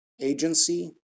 agency